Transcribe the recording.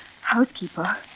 housekeeper